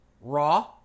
Raw